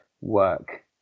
work